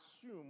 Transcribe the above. assume